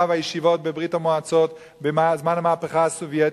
והישיבות בברית-המועצות בזמן המהפכה הסובייטית,